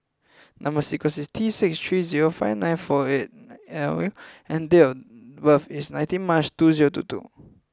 number sequence is T six three zero five nine four eight and date of birth is nineteen March two zero two two